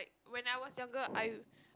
when I was younger I